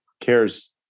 cares